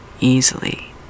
easily